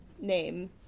name